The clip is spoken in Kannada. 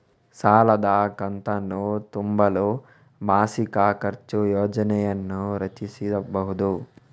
ಸಾಲದ ಕಂತನ್ನು ತುಂಬಲು ಮಾಸಿಕ ಖರ್ಚು ಯೋಜನೆಯನ್ನು ರಚಿಸಿಬಹುದು